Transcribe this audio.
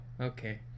okay